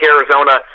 Arizona